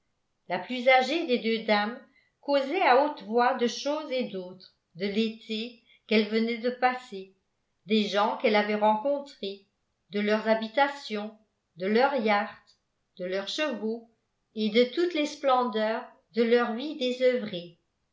la plus âgée des deux dames causait à haute voix de choses et d'autres de l'été qu'elle venait de passer des gens qu'elle avait rencontrés de leurs habitations de leurs yachts de leurs chevaux et de toutes les splendeurs de leur vie